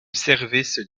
service